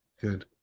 Good